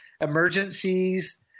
emergencies